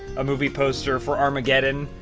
a movie poster for armageddon,